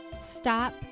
stop